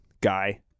guy